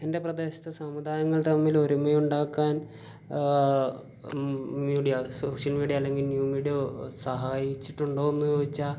എൻ്റെ പ്രദേശത്ത് സമുദായങ്ങൾ തമ്മിലൊരുമയുണ്ടാക്കാൻ മീഡിയാസ് സോഷ്യൽ മീഡിയ അല്ലെങ്കിൽ ന്യൂ മീഡിയ സഹായിച്ചിട്ടുണ്ടോന്ന് ചോദിച്ചാൽ